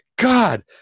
God